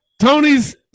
Tony's